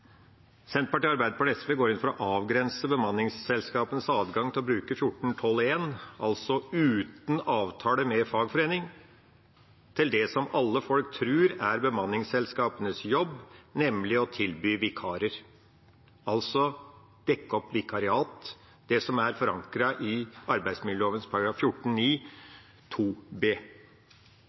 Arbeiderpartiet og SV går inn for å avgrense bemanningsselskapenes adgang til å bruke § 14-12 første ledd – altså uten avtale med fagforening – til det som alle folk tror er bemanningsselskapenes jobb, nemlig å tilby vikarer, altså dekke opp vikariat, det som er forankret i arbeidsmiljøloven § 14-9 første ledd bokstav b.